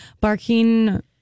barking